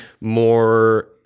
more